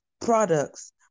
products